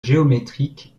géométrique